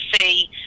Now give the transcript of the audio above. see